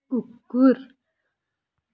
कुकुर